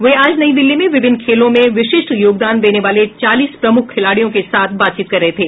वे आज नई दिल्ली में विभिन्न खेलों में विशिष्ट योगदान देने वाले चालीस प्रमुख खिलाडियों के साथ बातचीत कर रहे थे